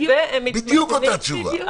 בדיוק אותה תשובה.